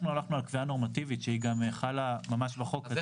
אנחנו הלכנו על קביעה נורמטיבית שחלה בחוק --- אז